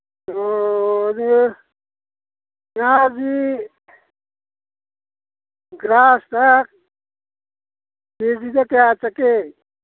ꯑꯣ ꯑꯗꯨ ꯉꯥꯁꯤ ꯒ꯭ꯔꯥꯁꯇ ꯀꯦ ꯖꯤꯗ ꯀꯌꯥ ꯆꯠꯀꯦ